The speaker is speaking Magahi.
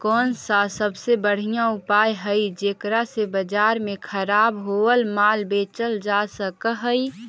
कौन सा सबसे बढ़िया उपाय हई जेकरा से बाजार में खराब होअल माल बेचल जा सक हई?